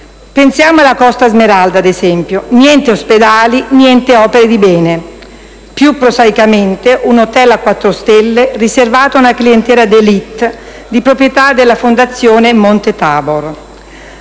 Pensiamo alla Costa Smeralda, ad esempio: niente ospedali, niente opere di bene. Più prosaicamente un hotel a quattro stelle, riservato a una clientela d'*elite*, di proprietà della Fondazione Monte Tabor.